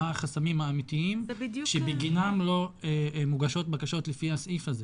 מה החסמים האמיתיים שבגינם לא מוגשות בקשות לפי הסעיף הזה.